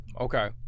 Okay